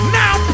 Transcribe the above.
now